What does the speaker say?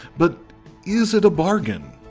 but is it a bargain?